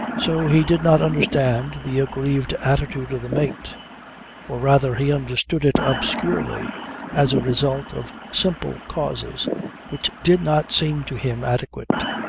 so he did not understand the aggrieved attitude of the mate or rather he understood it obscurely as a result of simple causes which did not seem to him adequate.